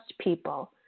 people